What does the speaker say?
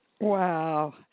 Wow